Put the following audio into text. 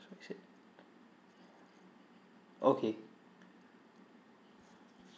okay